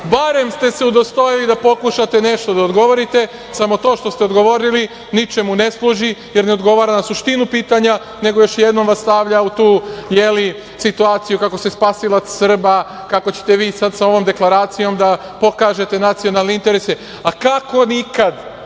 barem ste se udostojili da pokušate nešto da odgovorite, samo to što ste odgovorili ničemu ne služi, jer ne odgovara na suštinu pitanja nego još jednom vas stavlja u tu situaciju kako se spasilac Srba, kako ćete vi sad sa ovom deklaracijom da pokažete nacionalne interese, a kako nikad,